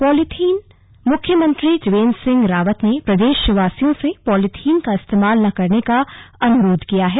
polythene ban मुख्यमंत्री त्रिवेन्द्र सिंह रावत ने प्रदेशवासियों से पॉलीथीन का इस्तेमाल न करने का अनुरोध किया है